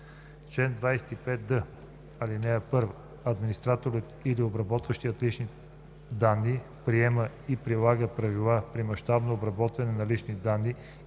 Чл. 25д. (1) Администраторът или обработващият лични данни приема и прилага правила при мащабно обработване на лични данни